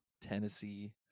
tennessee